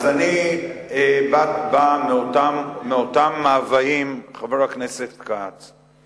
אז אני בא מאותם מאוויים, חבר הכנסת כץ,